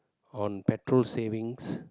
on petrol savings